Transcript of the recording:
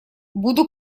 буду